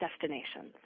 destinations